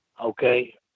Okay